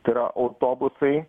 tai yra autobusai